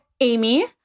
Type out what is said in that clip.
Amy